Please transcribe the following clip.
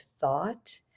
thought